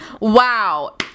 Wow